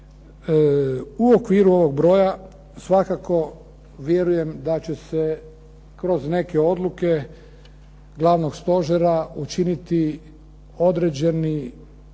U okviru ovog broja svakako vjerujem da će se kroz neke odluke Glavnog stožera učiniti određeni